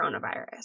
coronavirus